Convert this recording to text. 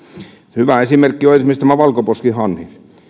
hyvä esimerkki on tämä valkoposkihanhi